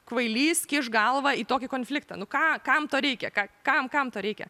kvailys kiš galvą į tokį konfliktą nu ką kam to reikia ką kam kam to reikia